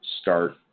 start